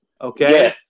okay